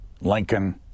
Lincoln